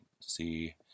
see